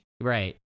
right